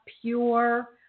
pure